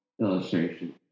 illustration